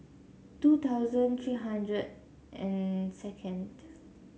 two thousand three hundred and second